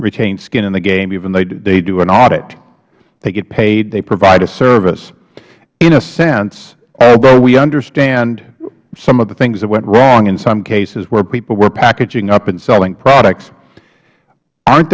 retain skin in the game even though they do an audit they get paid they provide a service in a sense although we understand some of the things that went wrong in some cases where people were packaging up and selling products aren't